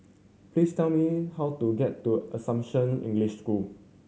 please tell me how to get to Assumption English School